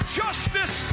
justice